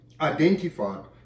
identified